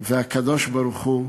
והקדוש-ברוך-הוא